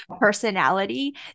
personality